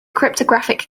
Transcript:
cryptographic